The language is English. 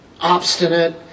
Obstinate